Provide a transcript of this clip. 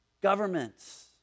governments